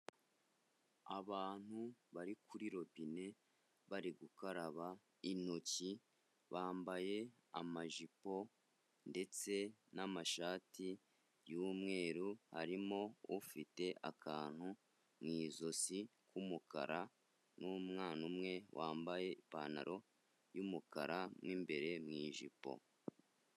Abantu bari kuri robine bari gukaraba intoki, bambaye amajipo ndetse n'amashati y'umweru, harimo ufite akantu mu ijosi k'umukara n'umwana umwe wambaye ipantaro y'umukara mu imbere mu ijipo.